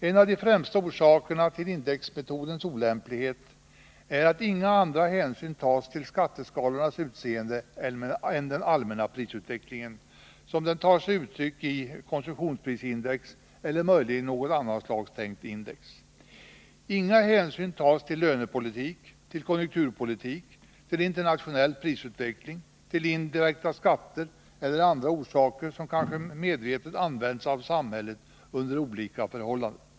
En av de främsta orsakerna till indexmetodens olämplighet är att man vid utformningen av skatteskalorna endast tar hänsyn till den allmänna prisutvecklingen som den tar sig uttryck i konsumtionsprisindex eller möjligen i något annat slags index. Inga hänsyn tas till lönepolitik, konjunkturpolitik, internationell prisutveckling, indirek ta skatter eller följder av åtgärder som kanske medvetet används av samhället under olika förhållanden.